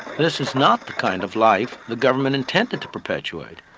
this is not the kind of life the government intended to perpetuate,